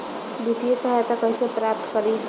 वित्तीय सहायता कइसे प्राप्त करी?